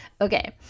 okay